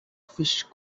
fish